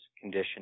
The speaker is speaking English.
condition